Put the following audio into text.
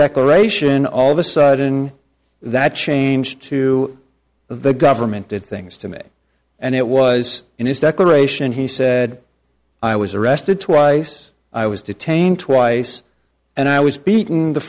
declaration all the sudden that change to the government did things to me and it was in his declaration he said i was arrested twice i was detained twice and i was beaten the